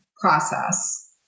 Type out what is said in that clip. process